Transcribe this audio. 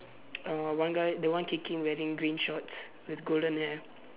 uh one guy the one kicking wearing green shorts with golden hair